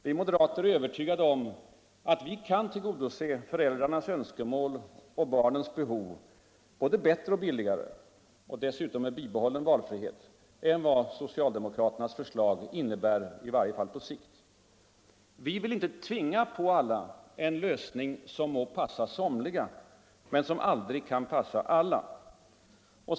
Vi moderater är övertygade om att vi kan tillgodose föräldrarnas önskemål och barnens behov både bättre och billigare — och dessutom med bibehållen valfrihet — än vad socialdemokraternas förslag innebär, i varje fall på sikt. Vi vill inte tvinga på alla en lösning som må passa somliga men som aldrig kan passa alla.